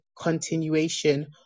continuation